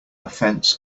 fence